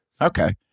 Okay